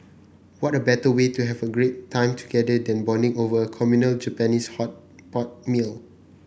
what a better way to have great time together than bonding over a communal Japanese hot pot meal